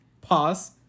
pause